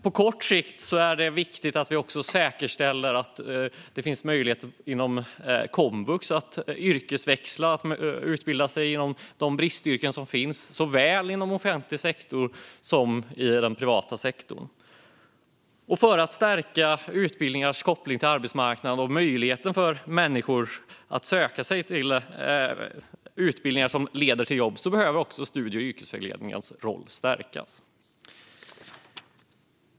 På kort sikt är det viktigt att vi också säkerställer att det finns möjlighet inom komvux att yrkesväxla och utbilda sig inom de bristyrken som finns, såväl inom offentlig sektor som inom privat sektor. För att stärka utbildningars koppling till arbetsmarknaden och möjligheten för människor att söka sig till utbildningar som leder till jobb behöver också studie och yrkesvägledningens roll stärkas.